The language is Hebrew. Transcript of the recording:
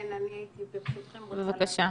כן, הייתי רוצה ברשותכם לענות לה.